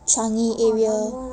changi area